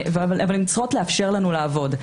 אבל הן צריכות לאפשר לנו לעבוד,